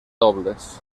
dobles